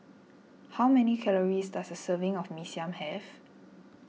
how many calories does a serving of Mee Siam have